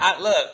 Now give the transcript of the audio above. Look